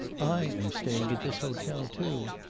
i am staying at this hotel too.